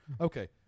Okay